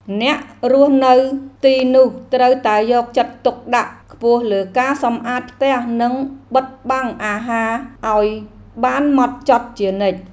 អ្នករស់នៅទីនោះត្រូវតែយកចិត្តទុកដាក់ខ្ពស់លើការសម្អាតផ្ទះនិងបិទបាំងអាហារឱ្យបានហ្មត់ចត់ជានិច្ច។